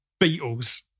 Beatles